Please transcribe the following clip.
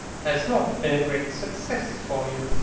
has not been a great success for you.